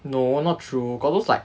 no not true got those like